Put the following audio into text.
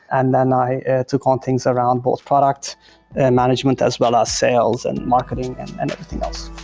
and then i took on things around both product and management as well as sales and marketing and everything else.